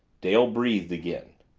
dale breathed again.